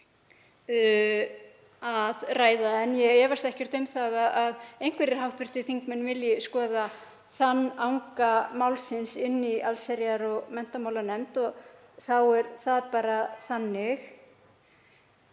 að ræða. En ég efast ekkert um að einhverjir hv. þingmenn vilji skoða þann anga málsins í allsherjar- og menntamálanefnd og þá er það bara þannig.